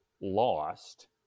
lost